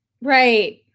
Right